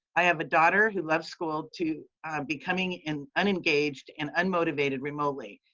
i have a daughter who loved school to becoming an unengaged and unmotivated remotely.